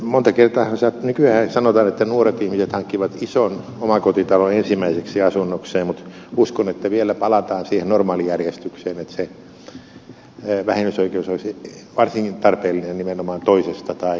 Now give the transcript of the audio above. monta kertaahan sitä nykyään sanotaan että nuoret ihmiset hankkivat ison omakotitalon ensimmäiseksi asunnokseen mutta uskon että vielä palataan siihen normaalijärjestykseen että se vähennysoikeus olisi varsinkin tarpeellinen nimenomaan toisesta tai kolmannesta asunnosta